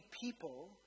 people